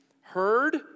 heard